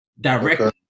directly